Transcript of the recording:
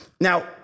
Now